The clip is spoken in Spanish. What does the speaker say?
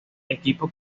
equipo